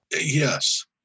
Yes